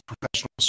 professional